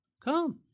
Come